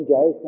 Joe